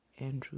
Andrew